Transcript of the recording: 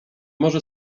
może